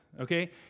okay